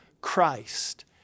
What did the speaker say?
Christ